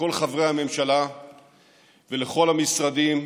לכל חברי הממשלה ולכל המשרדים,